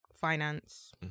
finance